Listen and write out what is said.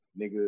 nigga